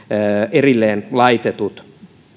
erilleen laitetut